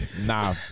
Nah